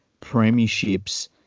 premierships